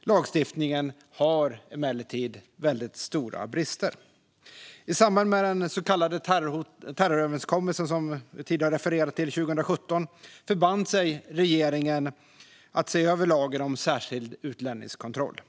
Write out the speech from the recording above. Lagstiftningen har emellertid väldigt stora brister. I samband med den så kallade terroröverenskommelsen 2017, som det tidigare refererats till, förband sig regeringen att se över lagen om särskild utlänningskontroll.